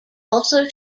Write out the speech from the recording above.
also